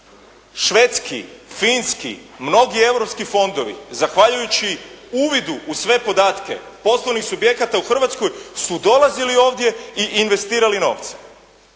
Švedski, Finski, mnogi europski fondovi zahvaljujući uvidu u sve podatke poslovnih subjekata u Hrvatskoj su dolazili ovdje i investirali novce